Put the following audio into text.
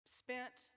spent